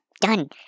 done